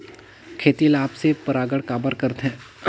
खेती ला आपसी परागण काबर करथे?